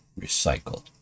recycled